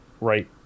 right